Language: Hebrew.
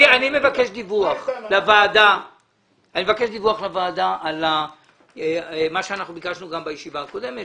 אני מבקש דיווח לוועדה על מה שאנחנו ביקשנו גם בישיבה הקודמת,